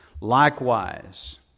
Likewise